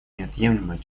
неотъемлемой